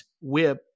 WHIP